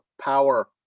power